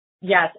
Yes